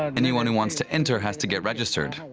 anyone who wants to enter has to get registered.